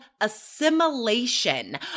assimilation